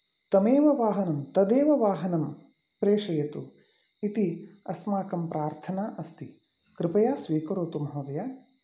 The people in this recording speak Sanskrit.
तमेव वाहनं तदेव वाहनं प्रेषयतु इति अस्माकं प्रार्थना अस्ति कृपया स्वीकरोतु महोदय